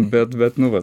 bet bet nu va